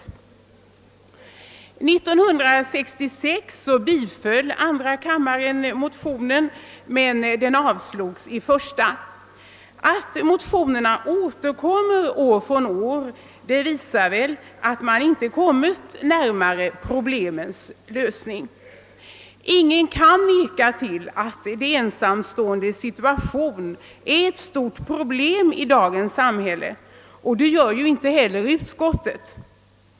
1966 biföll andra kammaren motioner i nämnda syfte, men de avslogs av första kammaren. Att motionerna återkommer år från år visar väl att problemets lösning inte kommit närmare. Ingen kan väl förneka att de ensamståendes situation är ett stort problem i dagens samhälle, och det gör inte heller utskottet.